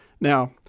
Now